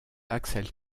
axel